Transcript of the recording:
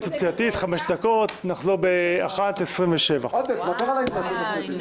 התייעצות סיעתית חמש דקות ונחזור בשעה 13:27. אני